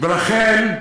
ולכן,